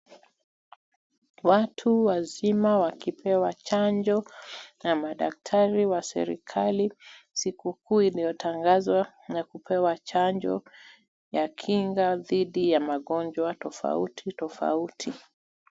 Watu wazima wakipewa chanjo na madaktari wa serikali siku kuu iliyotangazwa na kupewa chanjo ya kinga dhidi ya magonjwa tofauti tofauti.